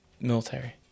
Military